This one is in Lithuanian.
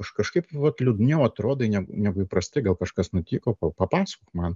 aš kažkaip vat liūdniau atrodai neg negu įprastai gal kažkas nutiko papasakok man